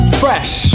fresh